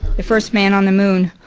the first man on the moon.